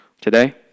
today